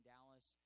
Dallas